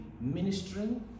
ministering